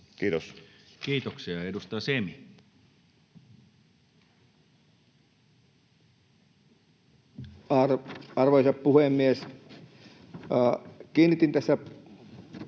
Kiitos. Kiitoksia. — Edustaja Semi. Arvoisa puhemies! Kiinnitin tässä